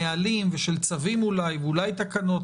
היא של נהלים ושל צווים אולי, ואולי תקנות.